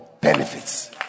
benefits